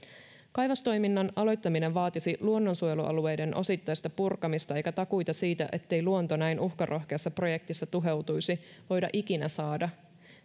kaivostoiminnan aloittaminen vaatisi luonnonsuojelualueiden osittaista purkamista eikä takuita siitä ettei luonto näin uhkarohkeassa projektissa tuhoutuisi voida ikinä saada